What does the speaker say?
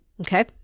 Okay